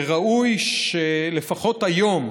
וראוי שלפחות היום,